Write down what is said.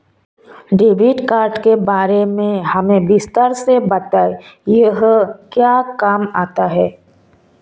Debit card के बारे में हमें विस्तार से बताएं यह क्या काम आता है?